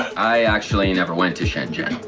i actually never went to shenzhen.